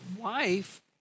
wife